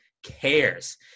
cares